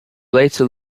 later